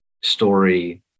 story